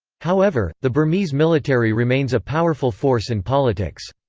however, the burmese military remains a powerful force in politics.